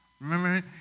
Remember